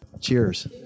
Cheers